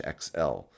XL